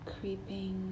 creeping